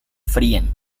fríen